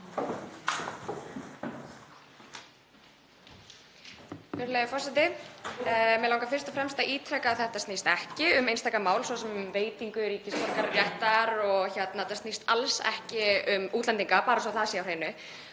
Virðulegi forseti. Mig langar fyrst og fremst að ítreka að þetta snýst ekki um einstaka mál, svo sem um veitingu ríkisborgararéttar, og þetta snýst alls ekki um útlendinga, bara svo að það sé á hreinu.